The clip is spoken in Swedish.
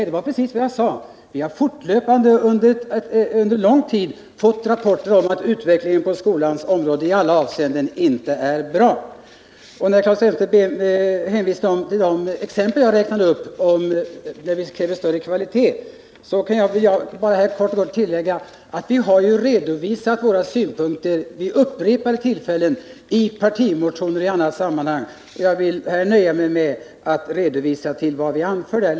Det var precis vad jag sade; vi har fortlöpande under lång tid fått rapporter om att utvecklingen på skolans område inte i alla avseenden är bra. När Claes Elmstedt sedan hänvisade till de exempel jag räknade upp på områden inom skolan där vi kräver större kvalitet kan jag kort och gott säga: Vi har vid upprepade tillfällen, i partimotioner och i andra sammanhang, redovisat våra synpunkter. Jag nöjer mig därför nu med att hänvisa till det.